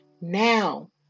now